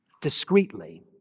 discreetly